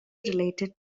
related